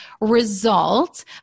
result